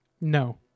No